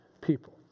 people